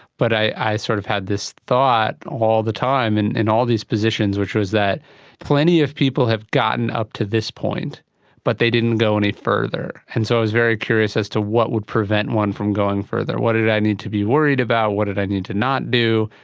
but i sort of had this thought all the time and in all these positions which was that plenty of people have gotten up to this point but they didn't go any further. and so i was very curious as to what would prevent one from going further, what did i need to be worried about, what did i need to not do,